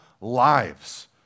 lives